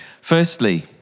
Firstly